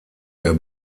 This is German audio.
der